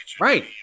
right